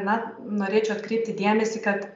na norėčiau atkreipti dėmesį kad